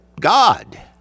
God